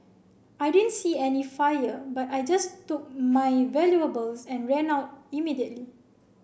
I didn't see any fire but I just took my valuables and ran out immediately